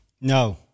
No